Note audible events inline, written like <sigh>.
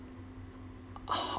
<noise>